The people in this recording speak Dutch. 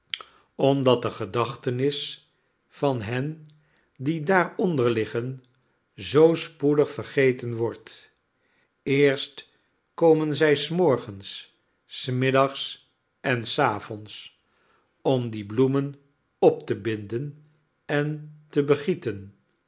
omdat de gedachtenis van hen die daaronder liggen zoo spoedig vergeten wordt eerst komen zij smorgens s middags en savonds om die bloemen op te binden en te begieten